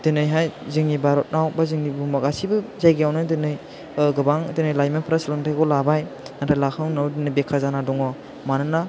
दिनैहाय जोंनि भारतआवबो जोंनि बुहुमाव गासैबो जायगायावनो दिनै गोबां दिनै लाइमोनफोरा सोलोंथाइखौ लाबाय नाथाय लाखांनायनि उनाव दिनै बेखार जाना दङ मानोना